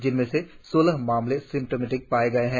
जिसमें से सौलह मामले सिम्टोमेटिक पाएं गए है